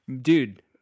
dude